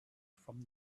from